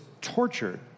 tortured